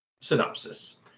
synopsis